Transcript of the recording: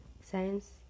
Science